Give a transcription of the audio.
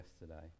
yesterday